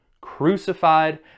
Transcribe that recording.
crucified